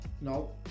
no